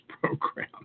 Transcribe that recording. program